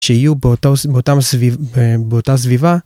שיהיו באותה סביבה.